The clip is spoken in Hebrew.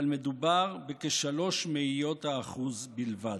אבל מדובר בכ-0.03% בלבד.